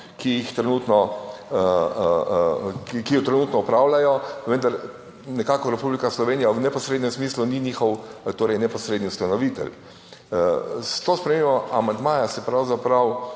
ki jih trenutno, ki jo trenutno opravljajo, vendar nekako Republika Slovenija v neposrednem smislu ni njihov, torej neposredni ustanovitelj. S to spremembo amandmaja se pravzaprav